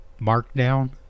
Markdown